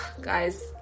guys